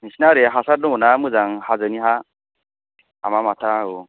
नोंसिना ओरै हासार दङ ना मोजां हाजोनि हा हामा माथा औ